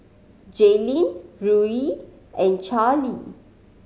Jalyn Ruie and Charlie